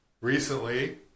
recently